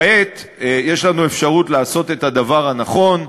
כעת יש לנו אפשרות לעשות את הדבר הנכון,